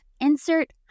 insert